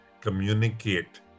communicate